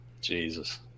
jesus